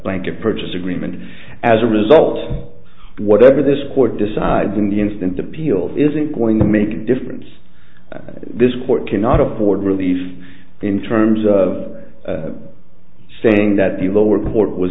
blanket purchase agreement as a result of whatever this court decides in the instant appeal isn't going to make a difference in this court cannot afford relief in terms of saying that the lower court was